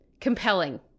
compelling